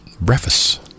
Breakfast